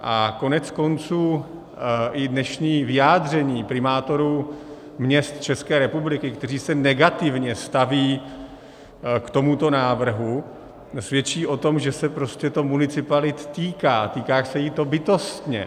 A koneckonců i dnešní vyjádření primátorů měst České republiky, kteří se negativně staví k tomuto návrhu, svědčí o tom, že se to prostě municipalit týká, týká se jich to bytostně.